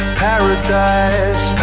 paradise